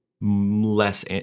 less